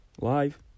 Live